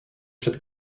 przed